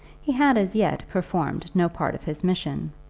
he had as yet performed no part of his mission,